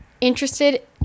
interested